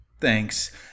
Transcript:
thanks